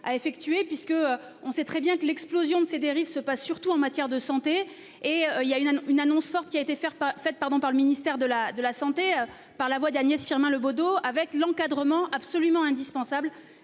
a effectuer puisque on sait très bien que l'explosion de ces dérives se passe surtout en matière de santé et il y a une une annonce forte qui a été faire pas fait pardon par le ministère de la, de la santé par la voix d'Agnès Firmin Le Bodo, avec l'encadrement absolument indispensable